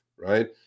right